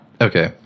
Okay